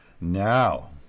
Now